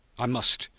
i must.